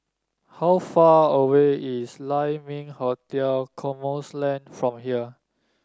how far away is Lai Ming Hotel Cosmoland from here